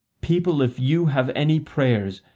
people, if you have any prayers,